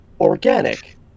organic